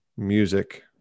music